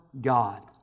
God